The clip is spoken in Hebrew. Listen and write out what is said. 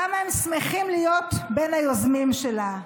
כמה הם שמחים להיות בין היוזמים שלה.